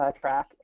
track